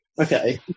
Okay